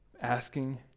asking